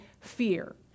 fear